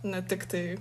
ne tiktai